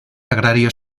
agrario